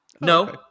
No